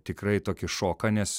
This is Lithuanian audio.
tikrai tokį šoką nes